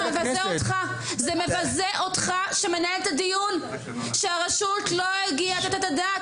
זה מבזה אותך שמנהל את הדיון שהרשות לא הגיעה לתת את הדעת,